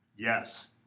Yes